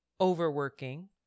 overworking